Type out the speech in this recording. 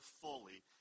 fully